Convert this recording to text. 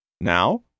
Now